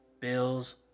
Bills